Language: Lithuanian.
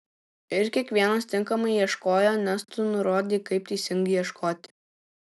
ir kiekvienas tinkamai ieškojo nes tu nurodei kaip teisingai ieškoti